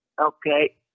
Okay